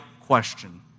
question